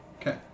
Okay